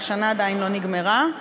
והשנה עדיין לא נגמרה.